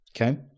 Okay